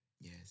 yes